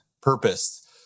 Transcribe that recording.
purpose